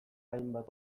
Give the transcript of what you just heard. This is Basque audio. hainbat